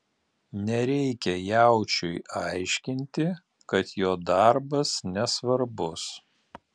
nereikia jaučiui aiškinti kad jo darbas nesvarbus